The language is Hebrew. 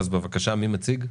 אז בבקשה, מי מציג?